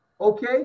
Okay